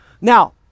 Now